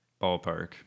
ballpark